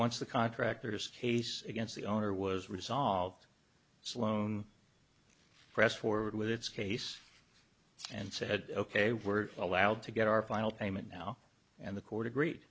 once the contractors case against the owner was resolved sloan pressed forward with its case and said ok we're allowed to get our final payment now and the court agre